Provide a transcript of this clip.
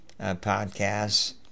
podcasts